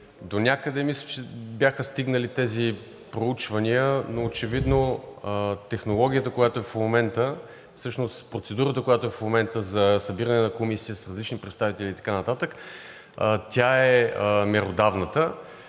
мисля, че бяха стигнали тези проучвания, но очевидно процедурата, която е в момента, за събиране на комисия с различни представители и така нататък, тя е меродавната